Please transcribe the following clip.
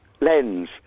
lens